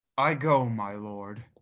i go my lord.